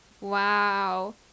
Wow